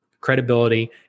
credibility